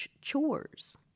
chores